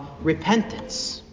repentance